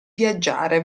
viaggiare